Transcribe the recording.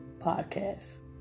podcast